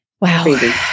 Wow